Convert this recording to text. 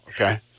okay